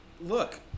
Look